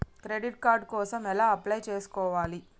Credit card కోసం ఎలా apply చేసుకోవాలి?